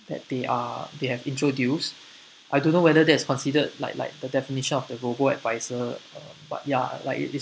that they are they have introduced I don't know whether that is considered like like the definition of the robo-advisor uh but ya like it is